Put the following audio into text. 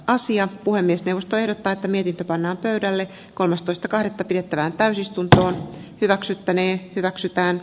asiat puhemiesneuvosto ehdottaa te mietitte pannaan pöydälle kolmastoista kartta pidettävään täysistunto hyväksyttäneen hyväksytään